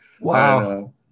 wow